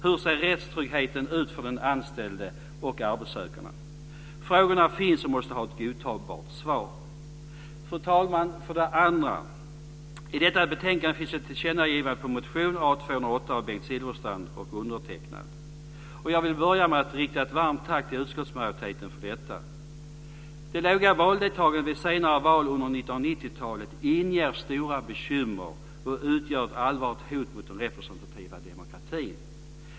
· Hur ser rättstryggheten ut för den anställde och arbetssökande? Frågorna finns och måste ha godtagbara svar! Fru talman! I detta betänkande finns ett tillkännagivande på motion A208 - den andra motionen - av Bengt Silfverstrand och mig själv. Jag vill börja med att rikta ett varmt tack till utskottsmajoriteten för detta. talet inger stora bekymmer och utgör ett allvarligt hot mot den representativa demokratin.